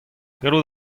gallout